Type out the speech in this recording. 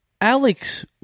Alex